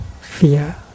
fear